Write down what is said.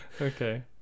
Okay